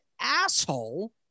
asshole